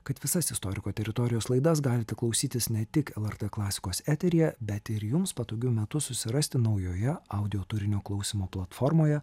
kad visas istoriko teritorijos laidas galite klausytis ne tik lrt klasikos eteryje bet ir jums patogiu metu susirasti naujoje audioturinio klausymo platformoje